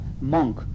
monk